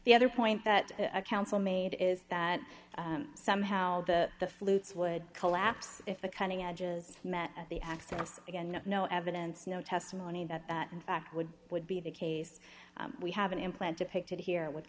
the other point that a council made is that somehow the the flutes would collapse if the cutting edges met the access again no evidence no testimony that in fact would would be the case we have an implant depicted here with